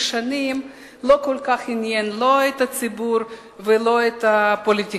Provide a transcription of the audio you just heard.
שנים לא כל כך עניין לא את הציבור ולא את הפוליטיקאים,